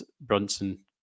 Brunson